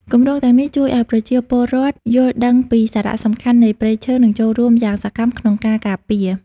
គម្រោងទាំងនេះជួយឱ្យប្រជាពលរដ្ឋយល់ដឹងពីសារៈសំខាន់នៃព្រៃឈើ និងចូលរួមយ៉ាងសកម្មក្នុងការការពារ។